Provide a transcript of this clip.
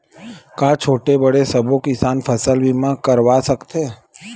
का छोटे बड़े सबो किसान फसल बीमा करवा सकथे?